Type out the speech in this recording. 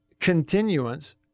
continuance